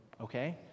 Okay